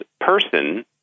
person